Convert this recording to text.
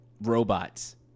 robots